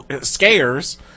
scares